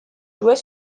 jouait